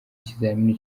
ikizamini